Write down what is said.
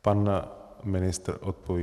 Pan ministr odpoví.